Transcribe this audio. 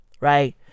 right